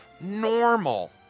normal